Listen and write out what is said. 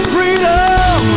Freedom